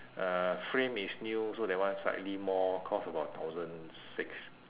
uh frame is new so that one slightly more cost about thousand six